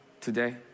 today